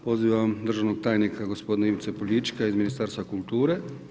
Pozivam državnog tajnika gospodina Ivicu Poljička iz Ministarstva kulture.